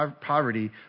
poverty